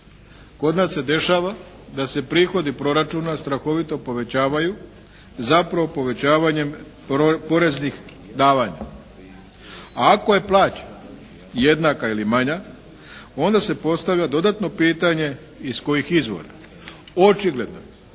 Kod nas se dešava da se prihodi proračuna strahovito povećavaju zapravo povećavanjem poreznih davanja. Ako je plaća jednaka ili manja, onda se postavlja dodatno pitanje iz kojih izvora. Očigledno je